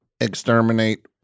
exterminate